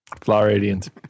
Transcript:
Floridians